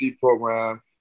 program